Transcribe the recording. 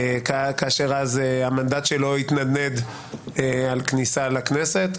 כאשר המנדט שלו התנדנד על כניסה לכנסת.